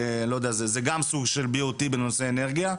זה גם סוג של BOT בנושא אנרגיה.